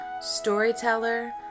storyteller